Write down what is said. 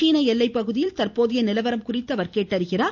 சீன எல்லைப்பகுதியில் தற்போதைய நிலவரம் குறித்து அவர் கேட்டறிகிறார்